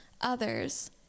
others